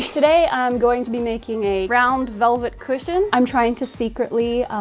today i'm going to be making a round velvet cushion. i'm trying to secretly,